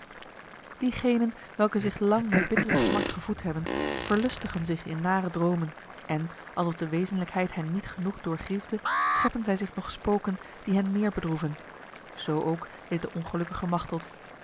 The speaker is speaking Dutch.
diegenen welke zich lang met bittere smart gevoed hebben verlustigen zich in nare dromen en alsof de wezenlijkheid hen niet genoeg doorgriefde scheppen zij zich nog spoken die hen meer bedroeven zo ook deed de ongelukkige machteld